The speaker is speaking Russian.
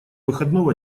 выходного